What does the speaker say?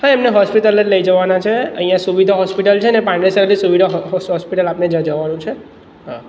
હા એમને હોસ્પિટલે જ લઈ જવાનાં છે અહીંયા સુવિધા હોસ્પિટલ છે ને પાંડેસરાની સુવિધા હોસ્પિટલ આપણે જવાનું છે હં